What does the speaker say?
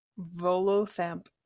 Volothamp